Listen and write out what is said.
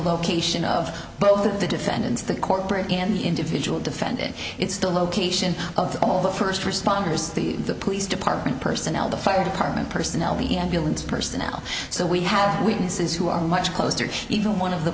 location of both the defendants the corporate and individual defended it's the location of all the first responders the police department personnel the fire department personnel the ambulance personnel so we have weaknesses who are much closer to even one of the